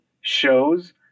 shows